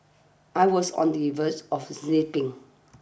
I was on the verge of snapping